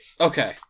Okay